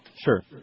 Sure